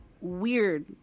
weird